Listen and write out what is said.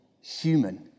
human